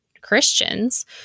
Christians